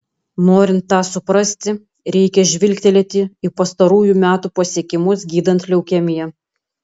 norint tą suprasti reikia žvilgtelėti į pastarųjų metų pasiekimus gydant leukemiją